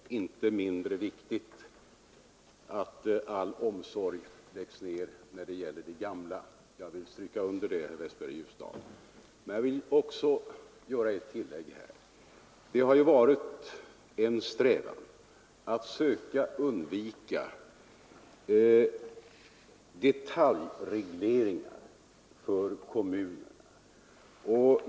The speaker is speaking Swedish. Herr talman! Nej, det är inte mindre viktigt att all omsorg läggs ned när det gäller de gamla — jag vill stryka under det, herr Westberg i Ljusdal. Men jag vill också göra ett tillägg här. Det har varit en strävan att söka undvika detaljregleringar för kommunerna.